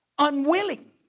Unwilling